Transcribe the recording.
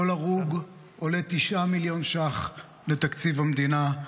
כל הרוג עולה 9 מיליון שקל לתקציב המדינה.